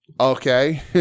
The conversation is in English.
okay